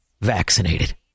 vaccinated